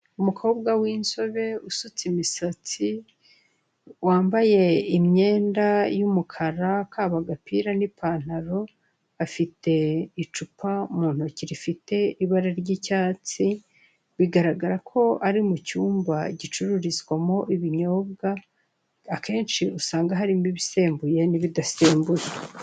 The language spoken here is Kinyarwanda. Umukobwa w'inzobe usutse imisatsi wambaye imyenda y'umukara kaba agapira n'ipantaro, afite icupa mu ntoki rifite ibara ry'icyatsi bigaragara ko ari mu cyumba gicururizwamo ibinyobwa, akenshi usanga harimo ibisembuye n'ibidasembuye.